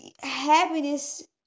happiness